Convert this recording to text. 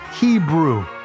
Hebrew